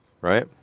right